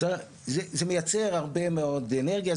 זה מייצר הרבה מאוד אנרגיה,